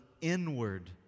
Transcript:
inward